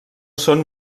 són